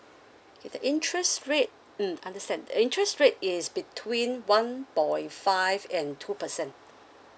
K the interest rate mm understand the interest rate is between one point five and two percent